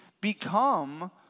become